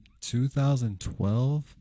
2012